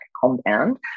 compound